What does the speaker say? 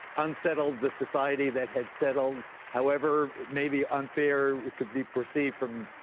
unsettled the society that had settled, however maybe unfair it could be perceived from.